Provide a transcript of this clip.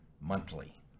monthly